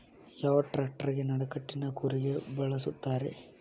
ಯಾವ ಟ್ರ್ಯಾಕ್ಟರಗೆ ನಡಕಟ್ಟಿನ ಕೂರಿಗೆ ಬಳಸುತ್ತಾರೆ?